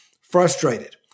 frustrated